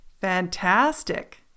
Fantastic